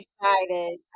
excited